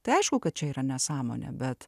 tai aišku kad čia yra nesąmonė bet